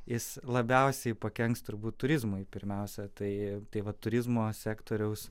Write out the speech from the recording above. jis labiausiai pakenks turbūt turizmui pirmiausia tai tai va turizmo sektoriaus